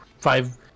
five